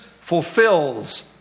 fulfills